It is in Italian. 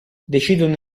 decidono